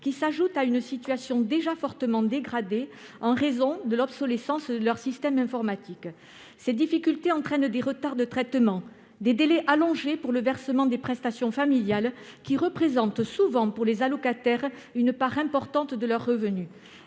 s'ajoutant à une situation déjà fortement dégradée en raison de l'obsolescence de leur système informatique. Ces difficultés entraînent des retards de traitement et un allongement des délais de versement des prestations familiales, qui représentent souvent une part importante des revenus